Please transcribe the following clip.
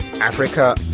africa